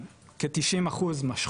כ- 3% לא משכו,